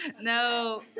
no